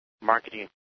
marketing